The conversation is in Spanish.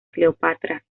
cleopatra